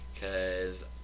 Cause